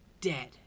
dead